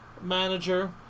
manager